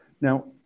now